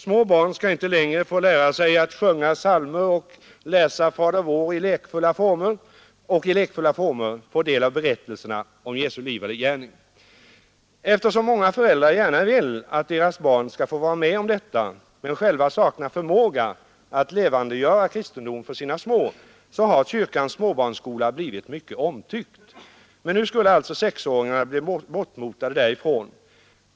Små barn skall inte längre få lära sig att sjunga psalmer och läsa Fader vår och i lekfulla former få del av berättelserna om Jesu liv och gärning. Eftersom många föräldrar gärna vill att deras barn skall få vara med om detta men själva saknar förmåga att levandegöra kristendomen för sina små har kyrkans småbarnsskola blivit mycket omtyckt. Men nu skulle alltså sexåringarna bli bortmotade därifrån.